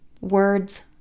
words